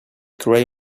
gray